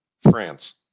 France